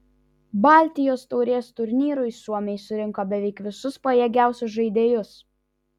baltijos taurės turnyrui suomiai surinko beveik visus pajėgiausius žaidėjus